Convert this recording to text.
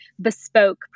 bespoke